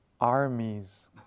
armies